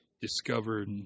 discovered